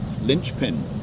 linchpin